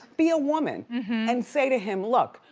be a woman and say to him. look,